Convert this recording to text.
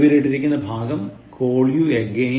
അടിവരയിട്ടിരിക്കുന്ന ഭാഗം call you again